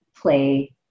play